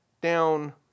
down